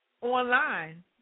online